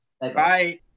Bye